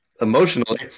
emotionally